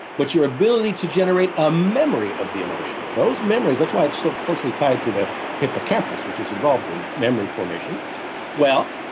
but your ability to generate a memory of the emotion. those memories, that's why it's so closely tied to the hippocampus which is involved in memory formation well,